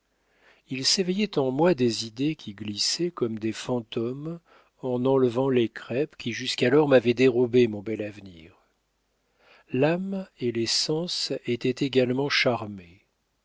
il s'éveillait en moi des idées qui glissaient comme des fantômes en enlevant les crêpes qui jusqu'alors m'avaient dérobé mon bel avenir l'âme et les sens étaient également charmés